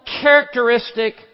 characteristic